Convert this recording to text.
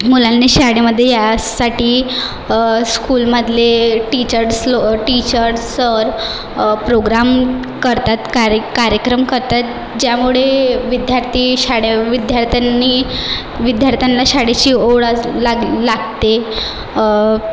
मुलांनी शाळेमध्ये यासाठी स्कूलमधले टीचर्स लो टीचर्स सर प्रोग्राम करतात कार्य कार्यक्रम करतात ज्यामुळे विद्यार्थी शाळे विद्यार्थ्यांनी विद्यार्थ्यांना शाळेची ओढ अस लाग लागते